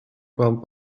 kwam